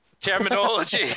Terminology